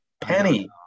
Penny